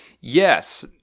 Yes